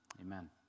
Amen